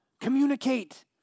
Communicate